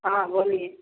हाँ बोलिए